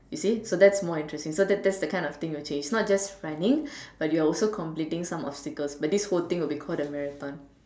you see so that's more interesting so that thats the kind of thing to change it's not just running but you're also completing some obstacle but this whole thing will be called the marathon